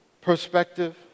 perspective